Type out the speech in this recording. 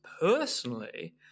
personally